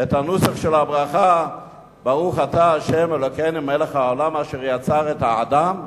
את הנוסח של הברכה "ברוך אתה ה' אלוקינו מלך העולם אשר יצר את האדם"?